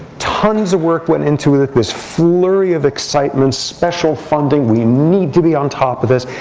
tons of work went into it, this flurry of excitement, special funding. we need to be on top of this.